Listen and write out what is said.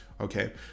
okay